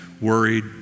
worried